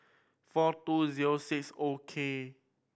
four two zero six O K